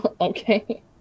Okay